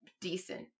decent